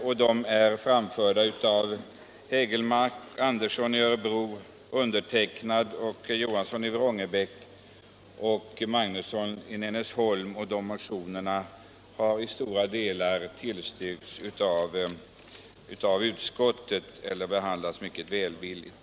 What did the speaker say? Dessa motioner har väckts av herr Hägelmark, herr Andersson i Örebro, mig själv, herr Johansson i Vrångebäck och herr Magnusson i Nennesholm. Motionerna har i stora delar tillstyrkts av utskottet eller behandlats mycket välvilligt.